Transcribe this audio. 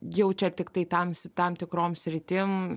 jau čia tiktai tam si tam tikrom sritim